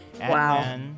Wow